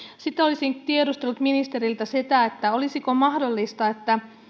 sitten olisin tiedustellut ministeriltä olisiko mahdollista